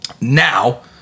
Now